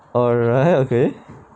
alright okay